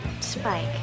Spike